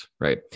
Right